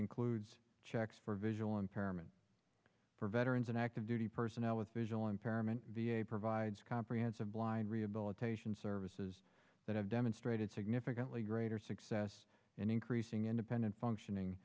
includes checks for visual impairment for veterans and active duty personnel with visual impairment v a provides comprehensive blind rehabilitation services that have demonstrated significantly greater success in increasing independent functioning